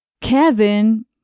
Kevin